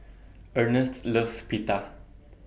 Earnest loves Pita